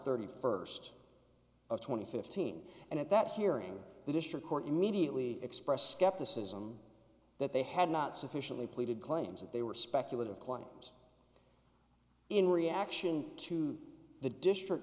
thirty first of twenty fifteen and at that hearing the district court immediately expressed skepticism that they had not sufficiently pleaded claims that they were speculative claims in reaction to the district